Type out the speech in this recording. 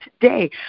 today